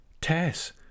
Tess